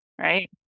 right